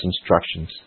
instructions